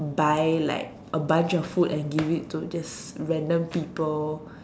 buy like a bunch of food and give it to just random people